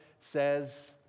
says